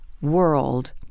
world